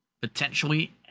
potentially